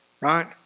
right